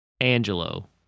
Angelo